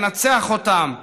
ננצח אותם,